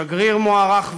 שגריר מוערך ואהוב,